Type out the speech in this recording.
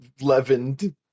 leavened